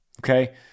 okay